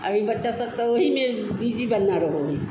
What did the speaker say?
अभी बच्चा सब तो वही में बिजी बनना रहे ही